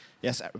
Yes